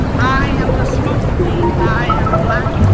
i am the smoke queen. i am black.